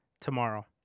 tomorrow